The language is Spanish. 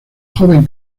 joven